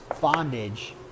Bondage